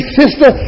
sister